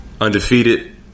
undefeated